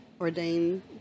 ordained